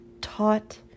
taught